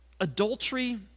adultery